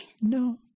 No